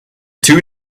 two